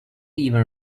even